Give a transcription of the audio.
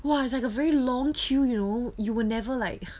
!wah! is like a very long queue you know you will never like ugh